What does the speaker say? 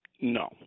No